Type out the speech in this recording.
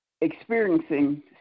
experiencing